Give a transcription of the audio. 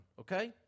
okay